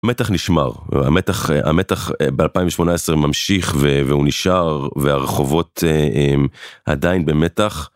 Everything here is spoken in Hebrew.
המתח נשמר, המתח ב2018 ממשיך והוא נשאר והרחובות עדיין במתח.